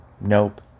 Nope